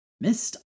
Missed